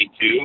two